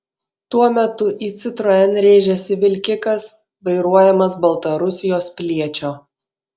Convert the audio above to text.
tuo metu į citroen rėžėsi vilkikas vairuojamas baltarusijos piliečio